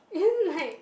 and then like